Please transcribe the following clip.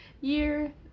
year